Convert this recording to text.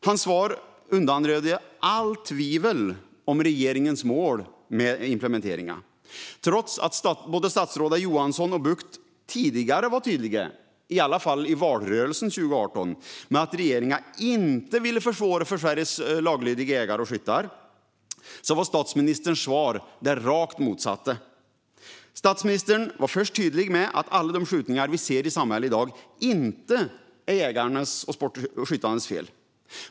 Hans svar undanröjde allt tvivel om regeringens mål med implementeringen. Trots att både statsråden Johansson och Bucht tidigare varit tydliga, i varje fall i valrörelsen 2018, med att regeringen inte vill försvåra för Sveriges laglydiga jägare och skyttar var statsministerns svar det rakt motsatta. Statsministern var först tydlig med att alla de skjutningar vi ser i samhället i dag inte är jägarnas och sportskyttarnas fel.